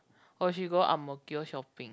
oh she go Ang-Mo-Kio shopping